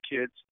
kids